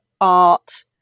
art